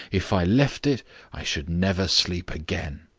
if i left it i should never sleep again.